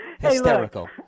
Hysterical